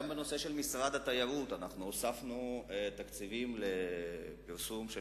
גם למשרד התיירות הוספנו תקציבים לפרסום של